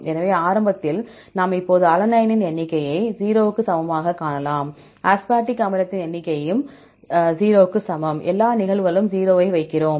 எனவே ஆரம்பத்தில் நாம் இப்போது அலனைனின் எண்ணிக்கையை 0 க்கு சமமாகக் காணலாம் அஸ்பார்டிக் அமிலத்தின்n எண்ணிக்கை சமம் 0 எல்லா நிகழ்வுகளுக்கும் 0 ஐ வைக்கிறோம்